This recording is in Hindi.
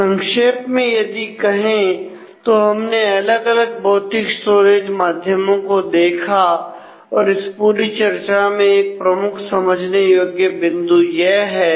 तो संक्षेप में यदि कहें तो हमने अलग अलग भौतिक स्टोरेज माध्यमों को देखा और इस पूरी चर्चा में एक प्रमुख समझने योग्य बिंदु यह है